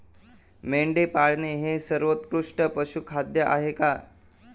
मेंढी पाळणे हे सर्वोत्कृष्ट पशुखाद्य आहे का?